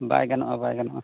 ᱵᱟᱭ ᱜᱟᱱᱚᱜᱼᱟ ᱵᱟᱭ ᱜᱟᱱᱚᱜᱼᱟ